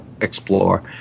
explore